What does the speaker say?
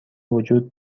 وجود